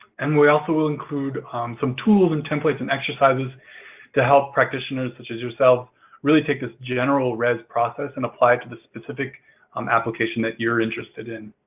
and we also will include some tools and templates and exercises to help practitioners such as yourself really take this general rez process and apply it to the specific um application that you're interested in.